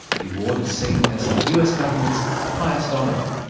the award is seen as the us government's highest honour.